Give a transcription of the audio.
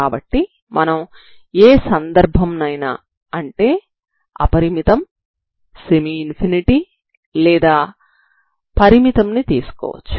కాబట్టి మనం ఏ సందర్భంనైనా అంటే అపరిమితం సెమీ ఇన్ఫినిటీ లేదా పరిమితం ను తీసుకోవచ్చు